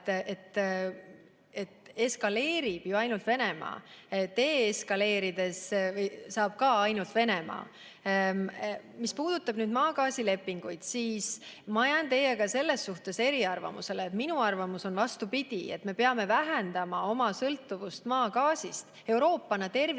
et eskaleerib ju ainult Venemaa. Deeskaleerida saab ka ainult Venemaa. Mis puudutab maagaasilepinguid, siis ma jään selles suhtes erinevale arvamusele. Minu arvamus on vastupidine: me peame vähendama oma sõltuvust maagaasist Euroopas tervikuna.